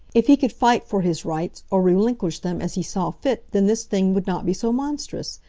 if he could fight for his rights, or relinquish them, as he saw fit, then this thing would not be so monstrous.